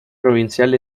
provincial